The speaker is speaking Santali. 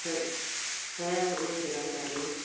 ᱦᱮᱸ ᱦᱮᱸ ᱤᱧ ᱫᱷᱤᱨᱮᱱ ᱠᱟᱱ ᱜᱤᱭᱟᱹᱧ